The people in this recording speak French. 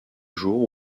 jour